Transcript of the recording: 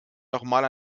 nochmal